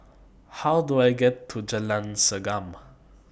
How Do I get to Jalan Segam